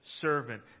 servant